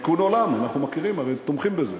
תיקון עולם, אנחנו מכירים, הרי תומכים בזה.